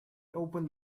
opened